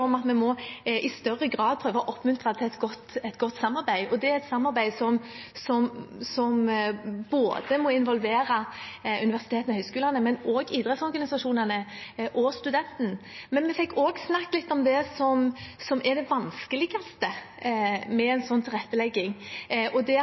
om at vi i større grad må prøve å oppmuntre til et godt samarbeid, og det er et samarbeid som må involvere både universitetene og høyskolene, idrettsorganisasjonene og studentene. Men vi fikk også snakket litt om det som er det vanskeligste med en slik tilrettelegging, og det